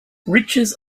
riches